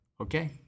okay